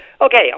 okay